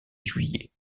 juillet